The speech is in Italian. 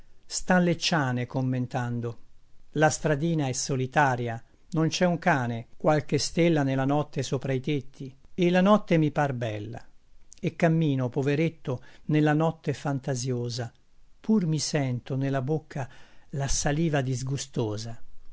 le ciane commentando la stradina è solitaria non c'è un cane qualche stella nella notte sopra i tetti e la notte mi par bella e cammino poveretto nella notte fantasiosa pur mi sento nella bocca la saliva disgustosa